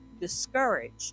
discouraged